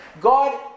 God